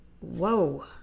whoa